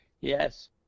yes